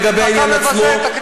לגבי העניין עצמו,